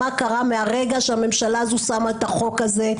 מה קרה מהרגע שהממשלה הזו שמה את החוק הזה,